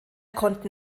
konnten